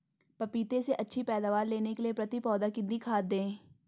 पपीते से अच्छी पैदावार लेने के लिए प्रति पौधा कितनी खाद दें?